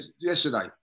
yesterday